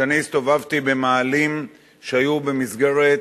כשאני הסתובבתי במאהלים שהיו במסגרת